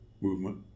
movement